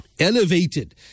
elevated